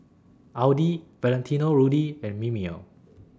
Audi Valentino Rudy and Mimeo